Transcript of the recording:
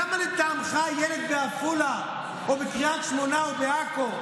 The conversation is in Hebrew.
למה לטעמך לילד בעפולה או בקריית שמונה או בעכו,